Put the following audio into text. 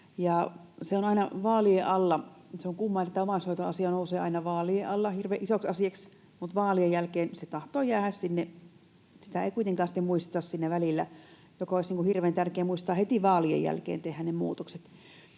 isoksi asiaksi mutta vaalien jälkeen se tahtoo jäädä sinne. Sitä ei kuitenkaan sitten muisteta siinä välillä. Olisi hirveän tärkeä muistaa heti vaalien jälkeen tehdä ne muutokset.